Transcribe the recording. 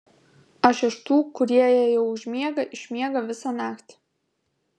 aš iš tų kurie jei jau užmiega išmiega visą naktį